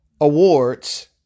Awards